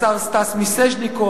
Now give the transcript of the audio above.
לשר סטס מיסז'ניקוב,